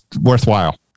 worthwhile